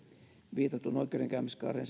viitatun oikeudenkäymiskaaren